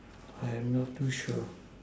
I am not too sure